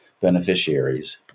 beneficiaries